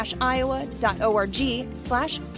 iowa.org/slash